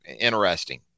interesting